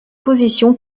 positions